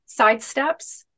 sidesteps